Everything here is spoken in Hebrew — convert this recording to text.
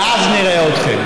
ואז נראה אתכם.